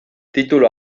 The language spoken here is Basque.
titulu